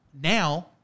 Now